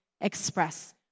express